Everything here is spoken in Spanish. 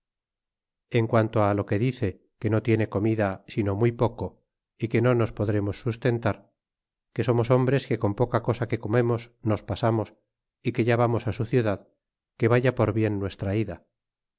e quanto á lo que dice que no tiene comida sino muy poco e que no nos podremos sustentar que somos hombres que con poca coa que comemos nos pasamos a que ya vamos á su ciudad que haya por bien nuestra ida